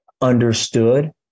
understood